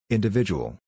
Individual